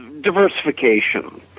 diversification